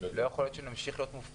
כי לא יכול להיות שנמשיך להיות מופתעים